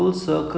ya